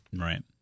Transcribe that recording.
Right